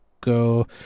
go